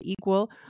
equal